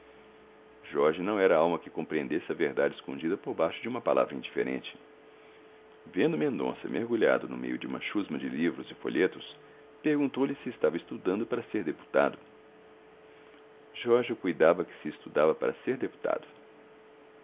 jorge não era alma que compreendesse a verdade escondida por baixo de uma palavra indiferente vendo mendonça mergulhado no meio de uma chusma de livros e folhetos perguntou-lhe se estava estudando para ser deputado jorge cuidava que se estudava para ser deputado